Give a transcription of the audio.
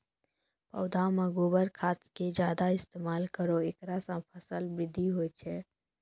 पौधा मे गोबर खाद के ज्यादा इस्तेमाल करौ ऐकरा से फसल बृद्धि होय छै?